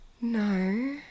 No